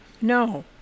No